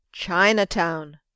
Chinatown